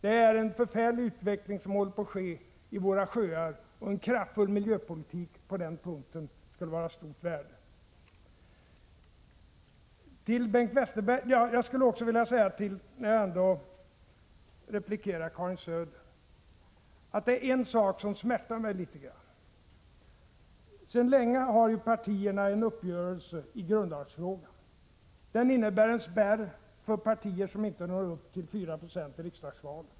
Det är en förfärlig utveckling som håller på att ske i våra sjöar, och en kraftfull miljöpolitik på den punkten skulle vara av stort värde. När jag nu replikerar Karin Söder skulle jag också vilja säga att en sak smärtar mig litet grand. Sedan länge har partierna en uppgörelse i grundlagsfrågan. Den innebär en spärr för partier som inte når upp till 4 90 i riksdagsvalet.